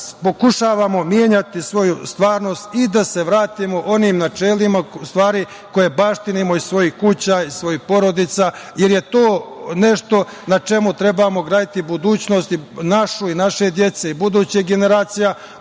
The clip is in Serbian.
da pokušavamo menjati svoju stvarnost i da se vratimo onim načelima u stvari koje baštinimo iz svojih kuća i svojih porodica, jer je to nešto na čemu trebamo graditi budućnost našu i naše dece, budućih generacija. Ukoliko